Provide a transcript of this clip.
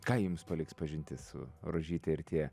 ką jums paliks pažintis su rožyte ir tie